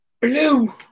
Blue